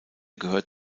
gehört